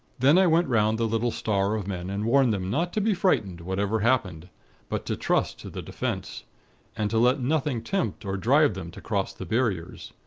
then i went round the little star of men, and warned them not to be frightened whatever happened but to trust to the defense and to let nothing tempt or drive them to cross the barriers.